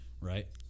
right